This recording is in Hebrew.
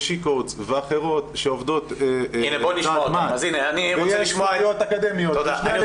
ו-she coeds ואחרות שעובדות --- אז בוא נלך למה"ט,